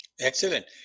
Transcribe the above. Excellent